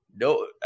No